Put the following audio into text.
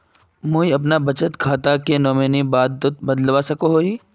मुई अपना बचत खातार नोमानी बाद के बदलवा सकोहो ही?